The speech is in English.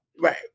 Right